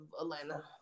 Atlanta